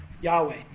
Yahweh